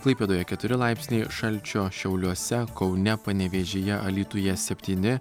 klaipėdoje keturi laipsniai šalčio šiauliuose kaune panevėžyje alytuje septyni